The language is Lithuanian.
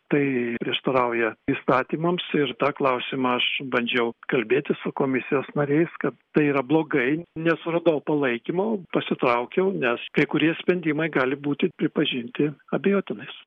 tai prieštarauja įstatymams ir tą klausimą aš bandžiau kalbėtis su komisijos nariais kad tai yra blogai nesuradau palaikymo pasitraukiau nes kai kurie sprendimai gali būti pripažinti abejotinais